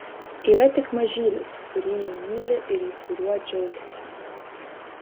yra tik mažylis kurį ji myli ir kuriuo džiaugiasi